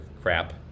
crap